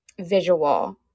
visual